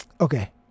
Okay